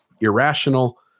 Irrational